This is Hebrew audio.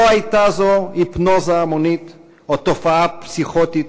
לא הייתה זו היפנוזה המונית או תופעה פסיכוטית